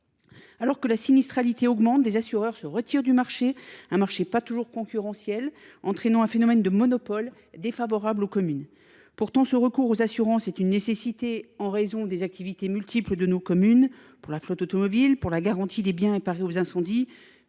Alors que la sinistralité augmente, des assureurs se retirent du marché, un marché pas toujours concurrentiel, ce qui entraîne un phénomène de monopole défavorable aux communes. Pourtant, le recours aux assurances est une nécessité en raison des activités multiples de nos communes : pour la flotte automobile, la garantie des biens, la lutte contre